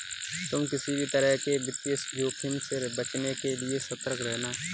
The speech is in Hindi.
तुम किसी भी तरह के वित्तीय जोखिम से बचने के लिए सतर्क रहना